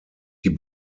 die